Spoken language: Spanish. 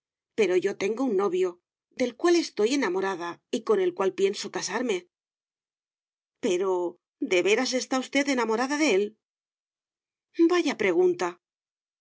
pero yo tengo un novio del cual estoy enamorada y con el cual pienso casarme pero de veras está usted enamorada de él vaya una pregunta